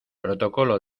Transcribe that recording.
protocolo